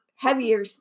Heavier